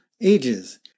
ages